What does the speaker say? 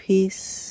Peace